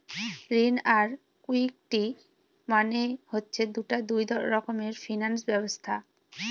ঋণ আর ইকুইটি মানে হচ্ছে দুটা দুই রকমের ফিনান্স ব্যবস্থা